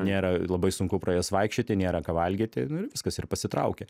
nėra labai sunku pro jas vaikščioti nėra ką valgyti ir viskas ir pasitraukė